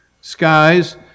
skies